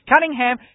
Cunningham